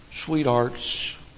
Sweethearts